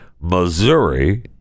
Missouri